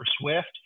Swift